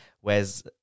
whereas